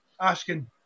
asking